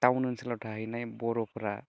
town ओनसोलाव थाहैनाय बर'फ्रा